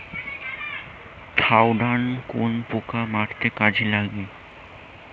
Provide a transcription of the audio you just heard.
Thiodan কোন পোকা মারতে কাজে লাগে?